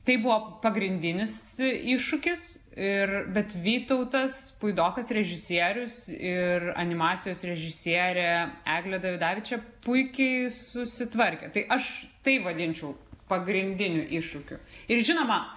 tai buvo pagrindinis iššūkis ir bet vytautas puidokas režisierius ir animacijos režisierė eglė dar čia puikiai susitvarkė tai aš tai vadinčiau pagrindiniu iššūkiu ir žinoma